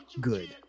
good